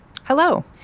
Hello